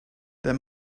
there